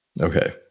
Okay